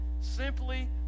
Simply